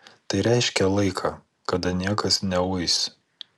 tai reiškė laiką kada niekas neuis